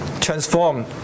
transform